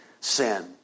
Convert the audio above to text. sin